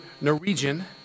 Norwegian